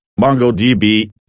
MongoDB